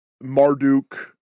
Marduk